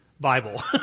Bible